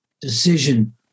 decision